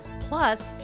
Plus